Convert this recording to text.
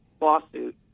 lawsuit